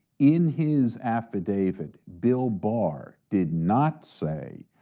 in his affidavit, bill barr did not say,